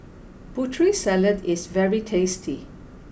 Putri Salad is very tasty